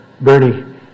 Bernie